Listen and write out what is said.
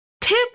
Tip